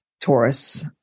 taurus